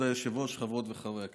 כבוד היושב-ראש, חברות וחברי הכנסת,